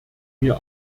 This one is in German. mir